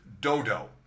dodo